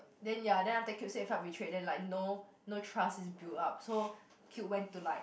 then ya then after Cube said felt betrayed and then like no no trust is built up so Cube went to like